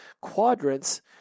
quadrants